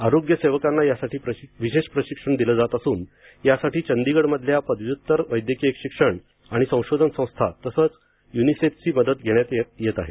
आरोग्य सेवकांना यासाठी विशेष प्रशिक्षण दिलं जात असून यासाठी चंडीगढ मधल्या पदव्युत्तर वैद्यकीय शिक्षण आणि संशोधन संस्था तसंच युनिसेफची मदत घेण्यात येत आहे